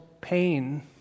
pain